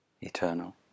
eternal